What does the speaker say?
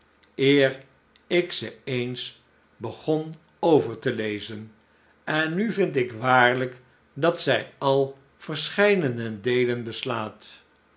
eer ik ze eens begon over te lezen en nu vind ik waarlijk dat zij al verscheidene deelen beslaat